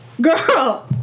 girl